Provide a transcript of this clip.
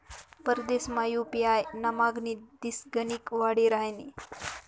परदेसमा यु.पी.आय नी मागणी दिसगणिक वाडी रहायनी